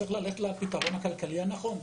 צריך ללכת לפתרון הכלכלי הנכון,